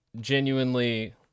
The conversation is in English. genuinely